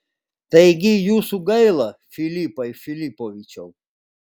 taigi jūsų gaila filipai filipovičiau